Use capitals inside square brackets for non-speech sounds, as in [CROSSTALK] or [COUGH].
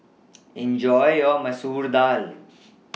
[NOISE] Enjoy your Masoor Dal